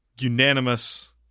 unanimous